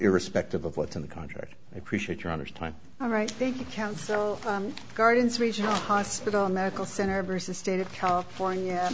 irrespective of what's in the contract appreciate your honor's time all right thank you council gardens regional hospital medical center versus state of california